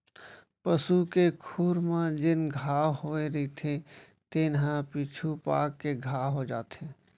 पसू के खुर म जेन घांव होए रइथे तेने ह पीछू पाक के घाव हो जाथे